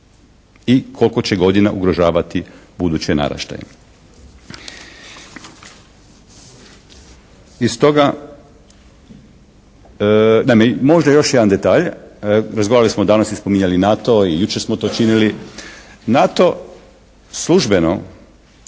i koliko će godina ugrožavati buduće naraštaje. I stoga, naime možda još jedan detalj. Razgovarali smo i danas smo spominjali NATO i jučer smo to činili. NATO službeno